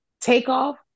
Takeoff